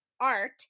art